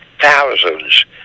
thousands